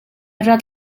rat